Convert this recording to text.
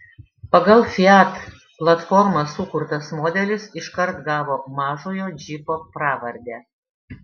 pagal fiat platformą sukurtas modelis iškart gavo mažojo džipo pravardę